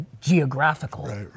geographical